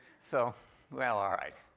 so well all right.